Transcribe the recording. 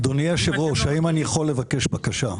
אדוני היושב-ראש, האם אני יכול לבקש בקשה?